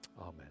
Amen